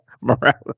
Morales